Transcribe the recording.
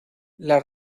las